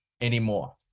anymore